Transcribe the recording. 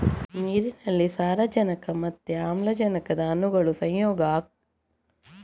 ನೀರಿನಲ್ಲಿ ಸಾರಜನಕ ಮತ್ತೆ ಆಮ್ಲಜನಕದ ಅಣುಗಳು ಸಂಯೋಗ ಆಗಿರ್ತವೆ ಅನ್ನೋದು ವಿಜ್ಞಾನದಲ್ಲಿ ಕಲ್ತಿದ್ದೇವೆ